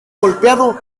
golpeado